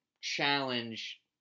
challenge